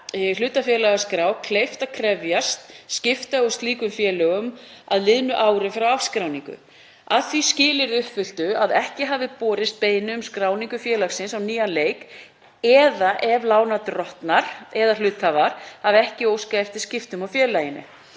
hlutafélagaskrá kleift að krefjast skipta á slíkum félögum að liðnu ári frá afskráningu að því skilyrði uppfylltu að ekki hafi borist beiðni um skráningu félagsins á nýjan leik eða ef lánardrottnar eða hluthafar hafi ekki óskað eftir skiptum á félaginu.